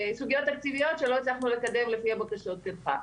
סוגיות תקציביות שלא הצלחנו לקדם על פי הבקשות שלך.